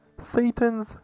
Satan's